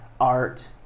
art